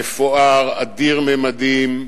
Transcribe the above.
מפואר, אדיר ממדים,